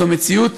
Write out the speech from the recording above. זו מציאות,